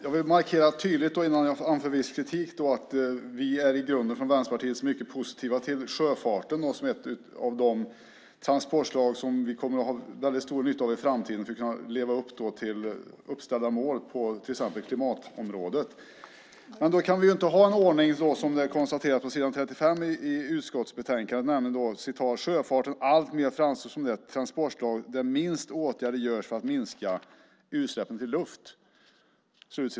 Fru talman! Innan jag anför viss kritik vill jag tydligt markera att vi i Vänsterpartiet i grunden är mycket positiva till sjöfarten som ett transportslag som vi kommer att ha väldigt stor nytta av i framtiden för att kunna leva upp till uppställda mål när det gäller till exempel klimatområdet. Då kan vi dock inte ha en ordning som den som konstateras på s. 35 i utskottsbetänkandet, nämligen att "sjöfarten alltmer framstår som det transportslag där minst åtgärder görs för att minska utsläppen till luft".